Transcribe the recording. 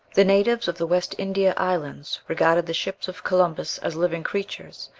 the natives of the west india islands regarded the ships of columbus as living creatures,